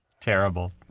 Terrible